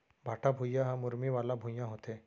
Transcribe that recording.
भाठा भुइयां ह मुरमी वाला भुइयां होथे